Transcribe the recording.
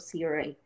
CRA